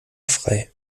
frei